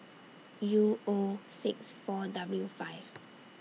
U O six four W five